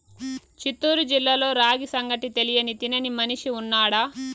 చిత్తూరు జిల్లాలో రాగి సంగటి తెలియని తినని మనిషి ఉన్నాడా